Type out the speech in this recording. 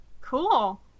Cool